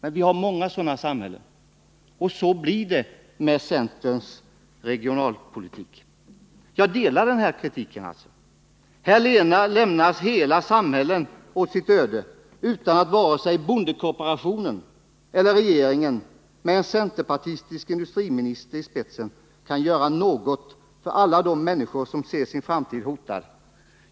Men vi har många sådana samhällen, och sådan blir verkligheten med centerns regionalpolitik. Jag delar denna kritik. Här lämnas hela samhällen åt sitt öde utan att vare sig bondekooperationen eller regeringen med en centerpartistisk industriminister i spetsen kan göra något för alla de människor som ser sin framtid hotad.